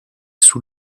sous